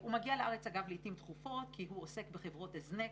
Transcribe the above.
והוא מגיע לארץ לעתים תכופות כי הוא עוסק בחברות הזנק,